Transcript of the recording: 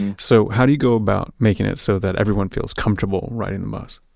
and so how do you go about making it so that everyone feels comfortable riding the bus?